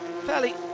...fairly